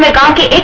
but donkey.